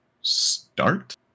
start